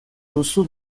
duzu